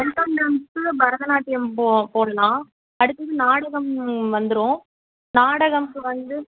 welcome dance Bharatanatyam போ போடலாம் அடுத்தது நாடகம் வந்துரும் நாடகம்க்கு வந்து